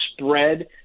spread